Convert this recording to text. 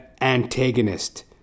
antagonist